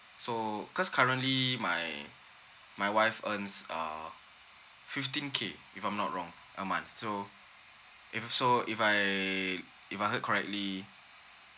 so cause currently my my wife earns uh fifteen K if I'm not wrong a month so even so if I if I heard correctly